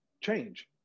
change